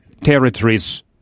territories